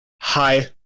Hi